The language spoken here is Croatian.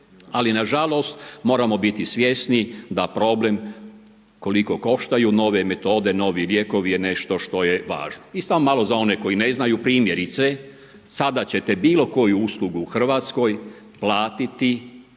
Ali na žalost, moramo biti svjesni da problem koliko koštaju nove metode, novi lijekovi je nešto što je važno. I samo malo za one koji ne znaju, primjerice, sada ćete bilo koju uslugu u Hrvatskoj platiti,